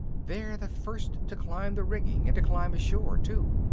they're the first to climb the rigging and to climb ashore too.